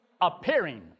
appearing